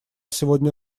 сегодня